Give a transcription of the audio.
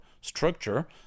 structure